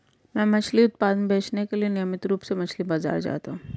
मैं मछली उत्पाद बेचने के लिए नियमित रूप से मछली बाजार जाता हूं